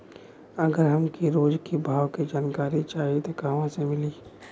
अगर हमके रोज के भाव के जानकारी चाही त कहवा से मिली?